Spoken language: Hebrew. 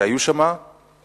היו שם סטודנטים